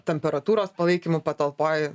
temperatūros palaikymu patalpoj